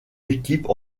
équipes